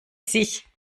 sich